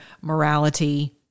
morality